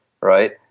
right